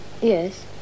Yes